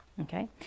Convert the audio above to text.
okay